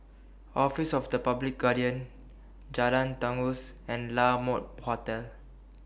Office of The Public Guardian Jalan Janggus and La Mode Hotel